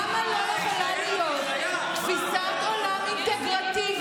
למה לא יכולה להיות תפיסת עולם אינטגרטיבית,